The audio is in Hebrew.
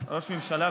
איזה ראש ממשלה?